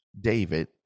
David